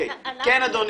כן, אדוני.